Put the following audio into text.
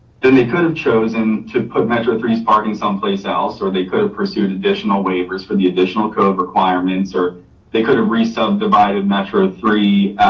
then they could have chosen to put metro three's parking someplace else, or they could have pursued additional waivers for the additional code requirements, or they could have resubdivided metro three,